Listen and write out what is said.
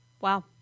Wow